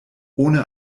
ohne